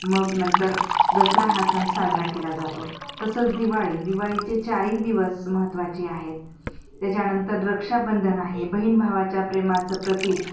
मग नंतर दसरा हा सण साजरा केला जातो तसंच दिवाळी दिवाळीचे चारही दिवस महत्त्वाचे आहेत त्याच्यानंतर रक्षाबंधन आहे बहीण भावाच्या प्रेमाचं प्रतीक